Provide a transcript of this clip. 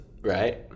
right